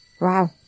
Wow